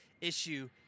issue